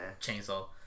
chainsaw